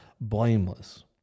blameless